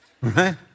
right